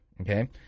Okay